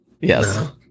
yes